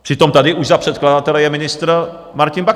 Přitom tady už za předkladatele je ministr Martin Baxa.